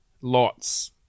Lots